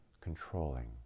controlling